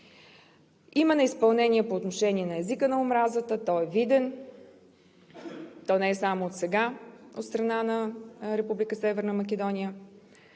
Има неизпълнение по отношение на езика на омразата, той е виден и не е само отсега, от страна на Република